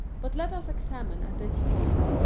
but let us examine at this point,